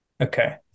Okay